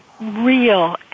real